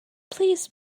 please